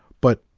but